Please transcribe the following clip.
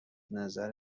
نظر